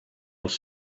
els